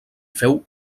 feu